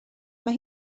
mae